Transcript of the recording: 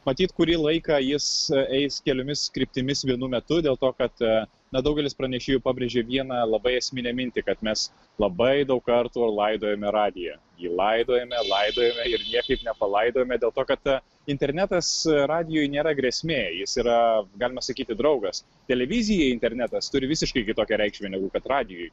matyt kurį laiką jis eis keliomis kryptimis vienu metu dėl to kad na daugelis pranešėjų pabrėžė vieną labai esminę mintį kad mes labai daug kartų laidojome radiją jį laidojame laidojame ir niekaip nepalaidojame dėl to kad internetas radijui nėra grėsmė jis yra galima sakyti draugas televizijai internetas turi visiškai kitokią reikšmę negu kad radijui